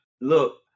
look